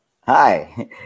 Hi